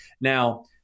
Now